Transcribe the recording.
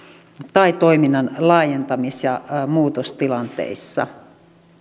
tai toiminnan laajentamis ja muutostilanteissa